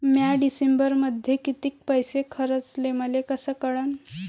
म्या डिसेंबरमध्ये कितीक पैसे खर्चले मले कस कळन?